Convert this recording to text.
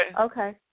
Okay